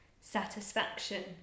satisfaction